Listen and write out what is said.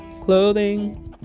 Clothing